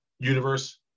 universe